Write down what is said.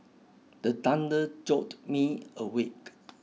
the thunder jolt me awake